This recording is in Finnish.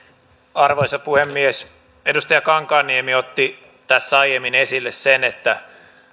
arvoisa puhemies edustaja kankaanniemi otti tässä aiemmin esille sen että